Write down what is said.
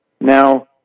Now